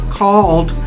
called